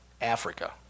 Africa